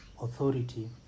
authority